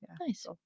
Nice